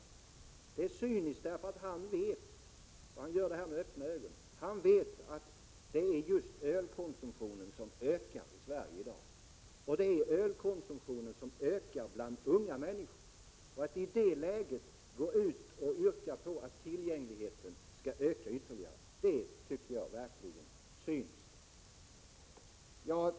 Det är cyniskt därför att han vet — och han gör detta med öppna ögon — att det är just ölkonsumtionen som ökar i Sverige i dag. Det är också bland unga människor som ölkonsumtionen ökar. Att i det läget gå ut och yrka på att tillgängligheten skall öka ytterligare är verkligen cyniskt.